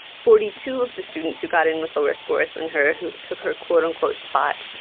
forty two of the students who got in with lower scores than her, who took her quote-unquote spot,